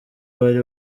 bari